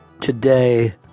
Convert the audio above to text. today